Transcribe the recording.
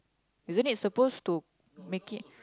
isn't it suppose to make it